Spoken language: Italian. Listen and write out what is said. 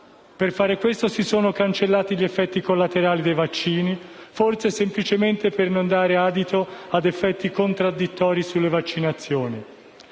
Per fare questo si sono cancellati gli effetti collaterali dei vaccini, forse semplicemente per non dare adito a effetti contraddittori sulle vaccinazioni.